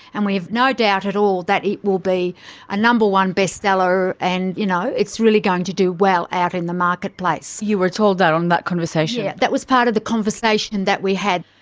and we've no doubt at all that it will be a number one bestseller and you know it's really going to do well out in the marketplace. you were told that on that conversation? yes, that was part of the conversation that we had.